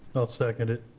i'll second it.